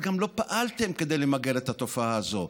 גם לא פעלתם למגר את התופעה הזאת.